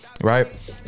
Right